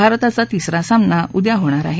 भारताचा तिसरा सामना उद्या होणार आहे